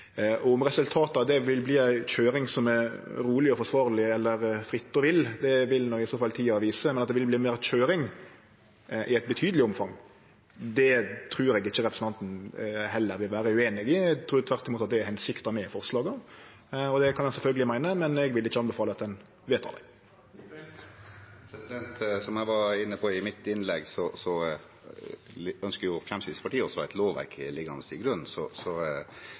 Om resultatet av det vil verte ei køyring som er roleg og forsvarleg eller fri og vill, vil i så fall tida vise, men at det vil verte meir køyring i eit betydeleg omfang, trur eg heller ikkje representanten vil vere ueinig i. Eg trur tvert imot at det er hensikta med forslaga. Det kan ein sjølvsagt meine, men eg vil ikkje anbefale at ein vedtek dei. Som jeg var inne på i mitt innlegg, ønsker også Fremskrittspartiet et lovverk som ligger til grunn, så